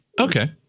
Okay